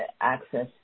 access